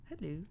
hello